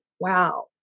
wow